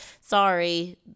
sorry